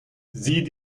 sieh